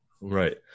Right